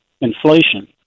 inflation